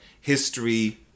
history